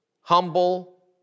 humble